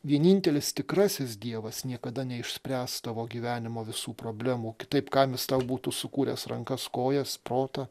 vienintelis tikrasis dievas niekada neišspręs tavo gyvenimo visų problemų kitaip kam jis tau būtų sukūręs rankas kojas protą